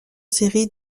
série